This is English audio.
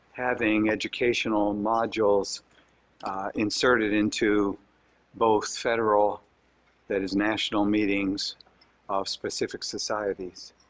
having educational modules inserted into both federal that is national meetings of specific societies,